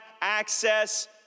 access